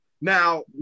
Now